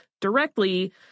directly